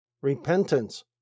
repentance